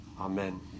Amen